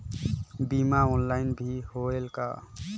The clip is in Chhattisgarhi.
बीमा ऑनलाइन भी होयल का?